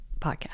podcast